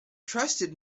trusted